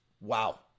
wow